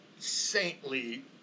saintly